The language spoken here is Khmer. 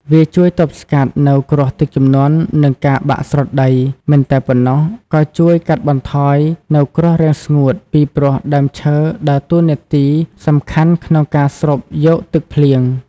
វាជួយទប់ស្កាត់នៅគ្រោះទឹកជំនន់និងការបាក់ស្រុតដី មិនតែប៉ុណ្ណោះក៏ជួយកាត់បន្ថយនៅគ្រោះរាំងស្ងួតពីព្រោះដើមឈើដើរតួនាទីសំខាន់ក្នុងការស្រូបយកទឹកភ្លៀង។